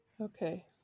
Okay